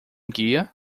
guia